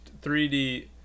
3D